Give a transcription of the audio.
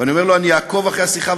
ואני אומר לו שאני אעקוב אחרי השיחה,